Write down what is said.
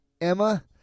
Emma